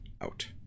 out